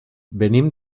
venim